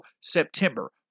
September